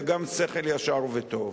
וגם בשכל ישר וטוב.